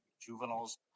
juveniles